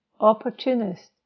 opportunist